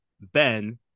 Ben